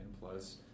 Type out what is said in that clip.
plus